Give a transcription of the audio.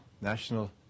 National